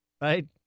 right